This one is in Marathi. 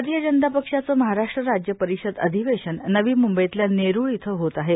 भारतीय जनता पक्षाचं महाराष्ट्र राज्य परिषद अधिवेशन नवी म्ंबईतल्या नेरूळ इथं होत आहे